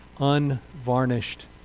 unvarnished